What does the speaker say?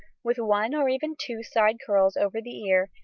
with one or even two side curls over the ear,